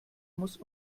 muss